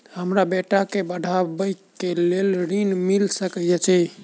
हमरा बेटा केँ पढ़ाबै केँ लेल केँ ऋण मिल सकैत अई?